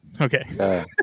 Okay